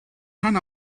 rhan